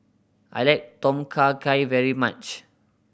I like Tom Kha Gai very much